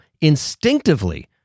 instinctively